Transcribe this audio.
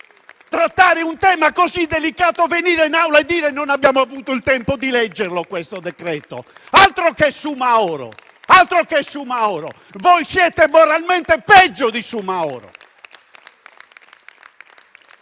di un tema così delicato, di venire in Aula a dire che non avete avuto il tempo di leggere questo decreto. Altro che Soumahoro! Voi siete moralmente peggio di Soumahoro!